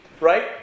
right